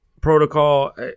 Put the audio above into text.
protocol